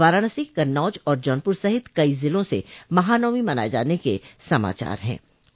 वाराणसी कन्नौज और जौनपुर सहित कई ज़िलों से महानवमी मनाये जाने के समाचार ह ं